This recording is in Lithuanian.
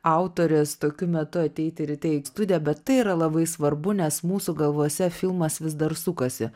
autorės tokiu metu ateiti ryte į studiją bet tai yra labai svarbu nes mūsų galvose filmas vis dar sukasi